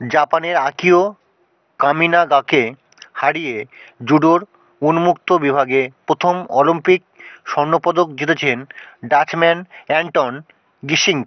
জাপানের আকিও কামিনাগাকে হারিয়ে জুডোর উন্মুক্ত বিভাগে প্রথম অলিম্পিক স্বর্ণপদক জিতেছেন ডাচম্যান অ্যান্টন গিসিঙ্ক